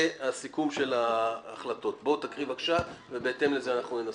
לקריאה שנייה ושלישית.